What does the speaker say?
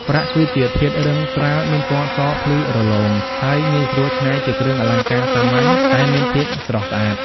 ប្រាក់ គឺជាធាតុរឹងស្រាល មានពណ៌សភ្លឺរលោង ហើយងាយស្រួលច្នៃជាគ្រឿងអលង្ការសាមញ្ញតែមានភាពស្រស់ស្អាត។